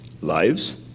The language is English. lives